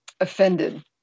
offended